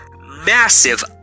massive